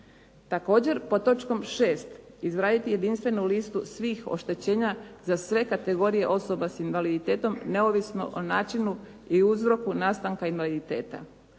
Također, pod točkom 6. izraditi jedinstvenu listu svih oštećenja za sve kategorije osoba s invaliditetom, neovisno o načinu i uzroku nastanka invaliditeta.